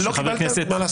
גלעד, לא קיבלת, מה לעשות.